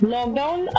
Lockdown